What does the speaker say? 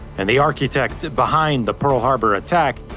and the architect behind the pearl harbor attack,